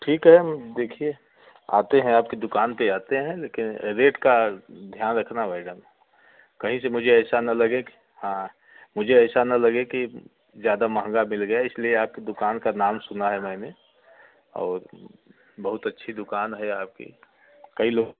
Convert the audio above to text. ठीक है देखिए आते हैं आपकी दुकान पर आते हैं लेकिन रेट का ध्यान रखना मैडम कहीं से मुझे ऐसा ना लगे की हाँ मुझे ऐसा ना लगे कि ज़्यादा महंगा मिल गया इसलिए आपका दुकान का नाम सुना है मैंने और बहुत अच्छी दुकान है आपकी कई लोग